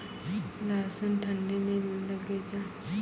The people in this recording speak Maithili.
लहसुन ठंडी मे लगे जा?